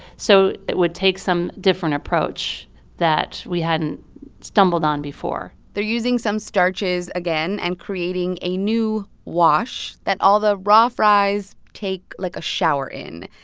so it would take some different approach that we hadn't stumbled on before they're using some starches again and creating a new wash that all the raw fries take, like, a shower in.